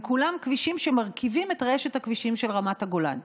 הם כולם כבישים שמרכיבים את רשת הכבישים של רמת הגולן.